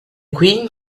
queen